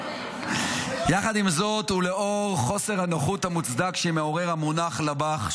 יחד עם זאת ולאור חוסר הנוחות המוצדק שמעורר המונח לב"ח,